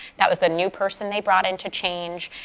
that was the new person they brought in to change.